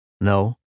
No